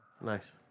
Nice